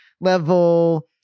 level